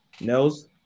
Nels